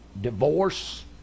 divorce